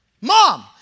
mom